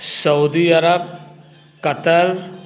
Saudi Arab Qatar